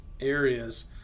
areas